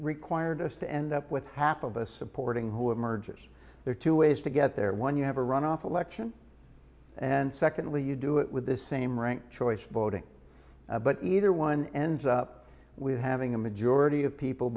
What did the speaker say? required us to end up with half of a supporting who emerges there are two ways to get there one you have a runoff election and secondly you do it with the same rank choice voting but either one ends up with having a majority of people